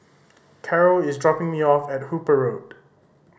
Caro is dropping me off at Hooper Road